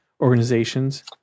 organizations